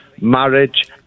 marriage